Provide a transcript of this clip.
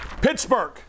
Pittsburgh